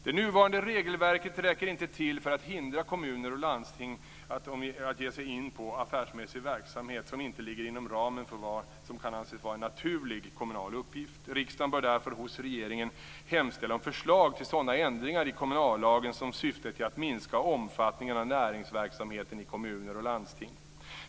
Det nuvarande regelverket räcker inte till för att hindra kommuner och landsting att ge sig in på affärsmässig verksamhet som inte ligger inom ramen för vad som kan anses vara en naturlig kommunal uppgift. Riksdagen bör därför hos regeringen hemställa om förslag till sådana ändringar i kommunallagen som syftar till att minska omfattningen av näringsverksamheten i kommuner och landsting.